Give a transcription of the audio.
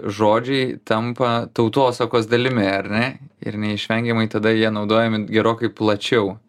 žodžiai tampa tautosakos dalimi ar ne ir neišvengiamai tada jie naudojami gerokai plačiau